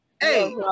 Hey